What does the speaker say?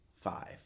five